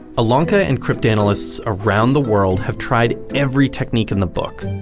elonka and cryptanalysts around the world have tried every technique in the book,